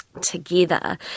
Together